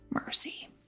mercy